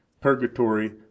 purgatory